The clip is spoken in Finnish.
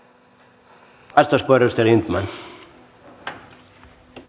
arvoisa puhemies